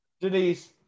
Denise